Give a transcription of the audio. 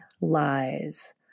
Lies